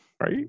Right